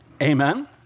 Amen